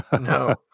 No